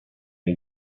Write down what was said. are